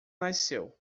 nasceu